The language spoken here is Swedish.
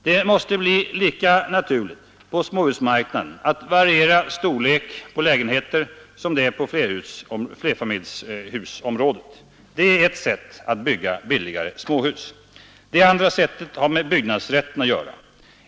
Det måste bli lika naturligt på småhusmarknaden att variera storlek på lägenheterna som det är på flerfamiljshusområdet. Det är ett sätt att bygga billiga småhus. Det andra har med byggnadsrätten att göra.